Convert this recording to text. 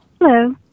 Hello